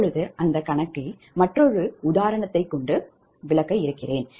எனவே அடுத்தது மற்றொரு உதாரணத்தை எடுத்துக்கொள்வோம்